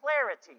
clarity